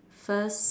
first